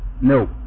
No